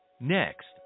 Next